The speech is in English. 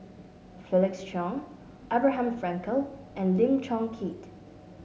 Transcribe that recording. Felix Cheong Abraham Frankel and Lim Chong Keat